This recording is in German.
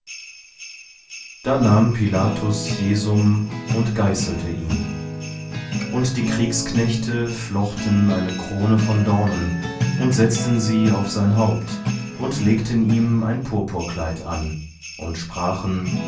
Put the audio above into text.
da nahm pilatus jesum und geißelte ihn und die kriegsknechte flochten eine krone von dornen und setzten sie auf sein haupt und legten ihm ein purpurkleid an und sprachen